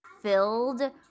filled